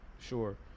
Sure